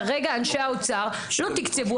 כרגע אנשי האוצר לא תקצבו.